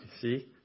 See